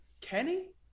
Kenny